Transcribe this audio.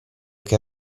che